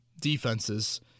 defenses